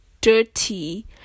dirty